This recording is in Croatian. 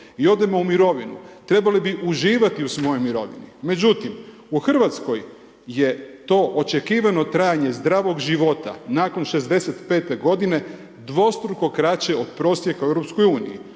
i odemo u mirovinu, trebali bi uživati u svojoj mirovini. Međutim, u Hrvatskoj je to očekivano trajanje zdravog života nakon 65 g. dvostruko kraće od prosjeka u EU.